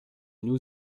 nous